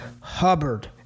Hubbard